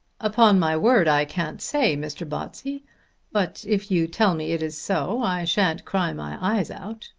upon my word i can't say, mr. botsey but if you tell me it is so i shan't cry my eyes out.